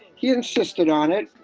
he insisted on it.